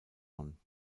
mann